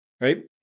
right